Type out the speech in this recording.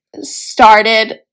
started